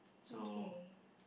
mm kay